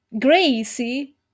Gracie